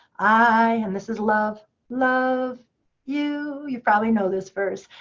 i and this is love love you. you probably know this verse.